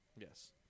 Yes